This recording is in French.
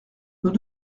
nous